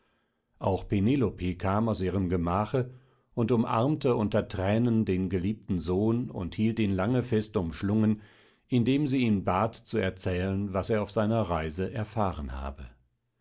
auch penelope kam aus ihrem gemache und umarmte unter thränen den geliebten sohn und hielt ihn lange fest umschlungen indem sie ihn bat zu erzählen was er auf seiner reise erfahren habe